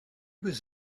was